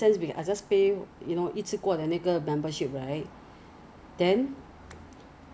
they they also cater to Korea market so if you want buy skincare right like your your Face Shop all these Laneige all this ah